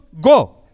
go